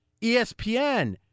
ESPN